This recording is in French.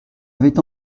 avait